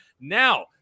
Now